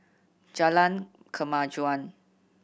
Jalan Kemajuan